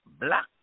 black